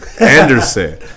Anderson